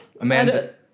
Amanda